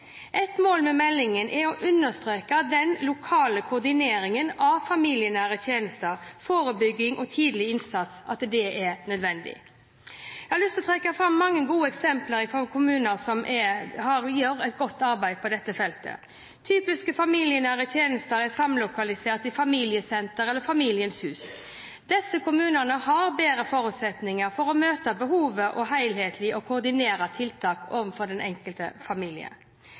Et mål med meldingen er å understreke at den lokale koordineringen av familienære tjenester, forebygging og tidlig innsats er nødvendig. Jeg har lyst til å trekke fram mange gode eksempler fra kommuner som gjør et godt arbeid på dette feltet. Typiske familienære tjenester er samlokalisert i familiesentre eller Familiens hus. Disse kommunene har bedre forutsetninger for å møte behovet for helhetlige og koordinerte tiltak overfor den enkelte familie.